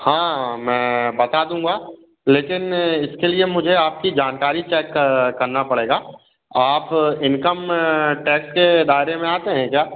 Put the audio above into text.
हाँ मैं बता दूँगा लेकिन इसके लिए मुझे आपकी जानकारी चेक करना पड़ेगा आप इनकम टैक्स के दायरे में आते हैं क्या